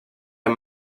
ein